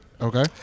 Okay